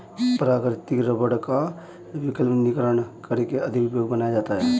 प्राकृतिक रबड़ का वल्कनीकरण करके अधिक उपयोगी बनाया जाता है